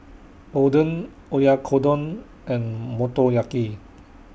Oden Oyakodon and Motoyaki